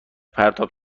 پرتاب